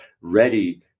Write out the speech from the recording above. ready